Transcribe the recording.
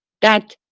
that,